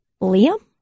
Liam